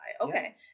Okay